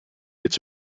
jetzt